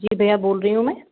जी दया बोल रही हूँ मैं